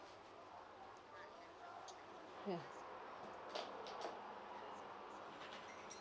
mm